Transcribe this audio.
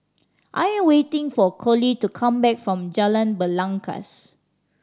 I am waiting for Colie to come back from Jalan Belangkas